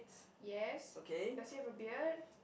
yes does he have a beard